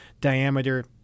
diameter